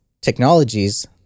technologies